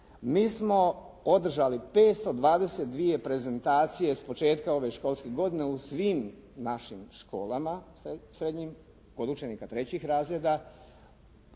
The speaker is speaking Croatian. Mi smo održali 522 prezentacije s početka ove školske godine u svim našim školama srednjim kod učenika 3. razreda.